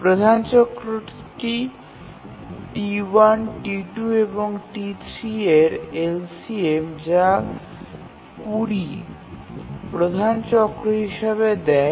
প্রধান চক্রটি T1 T2এবং T3 এর LCM যা ২০ প্রধান চক্র হিসাবে দেয়